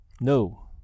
No